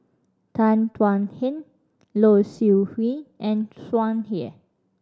Tan Thuan Heng Low Siew Nghee and Tsung Yeh